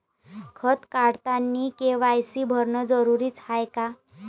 खातं काढतानी के.वाय.सी भरनं जरुरीच हाय का?